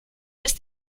ist